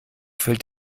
fällt